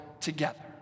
together